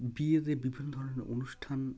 বিয়েতে বিভিন্ন ধরনের অনুষ্ঠান